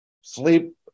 sleep